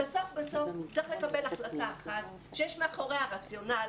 אבל בסוף צריך לקבל החלטה אחת שיש מאחוריה רציונל,